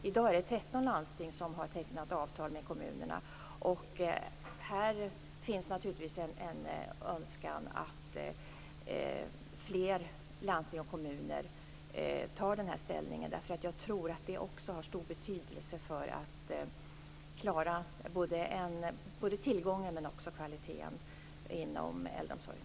I dag har 13 landsting tecknat avtal med kommunerna, och naturligtvis finns det en önskan att fler landsting och kommuner tar den här ställningen. Jag tror att det också har stor betydelse för möjligheten att klara både tillgången och kvaliteten inom äldreomsorgen.